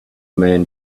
man